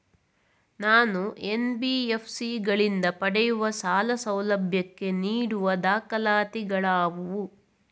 ನಾನು ಎನ್.ಬಿ.ಎಫ್.ಸಿ ಗಳಿಂದ ಪಡೆಯುವ ಸಾಲ ಸೌಲಭ್ಯಕ್ಕೆ ನೀಡುವ ದಾಖಲಾತಿಗಳಾವವು?